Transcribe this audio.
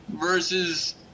versus